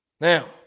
Now